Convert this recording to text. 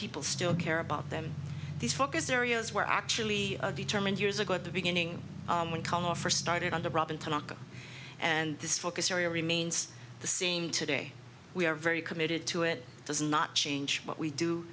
people still care about them these focus areas were actually determined years ago at the beginning when color first started under robin tanaka and this focus area remains the same today we are very committed to it does not change what we do